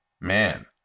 Man